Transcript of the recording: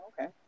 Okay